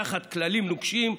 תחת כללים נוקשים,